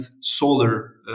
solar